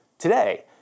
Today